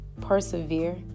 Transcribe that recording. persevere